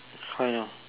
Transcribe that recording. how you know